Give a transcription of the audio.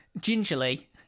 Gingerly